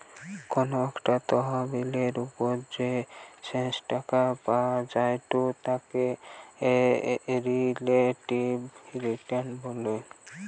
কোনো একটা তহবিলের ওপর যে শেষ টাকা পাওয়া জায়ঢু তাকে রিলেটিভ রিটার্ন বলে